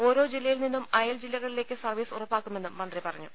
ഓരോ ജില്ലയിൽ നിന്നും അയൽ ജില്ലകളിലേക്ക് സർവീസ് ഉറപ്പാക്കുമെന്നും മന്ത്രി പറഞ്ഞു